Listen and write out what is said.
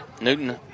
Newton